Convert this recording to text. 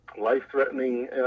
life-threatening